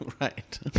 Right